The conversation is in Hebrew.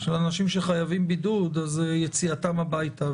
של אנשים שחייבים בידוד, יציאתם הביתה.